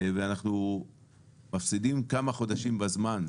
ואנחנו מפסידים כמה חודשים בזמן,